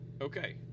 Okay